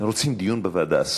רוצים דיון במליאה.